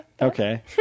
Okay